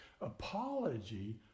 Apology